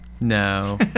No